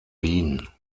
wien